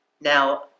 Now